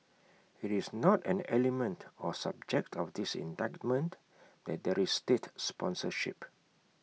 IT is not an element or subject of this indictment that there is state sponsorship